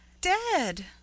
dead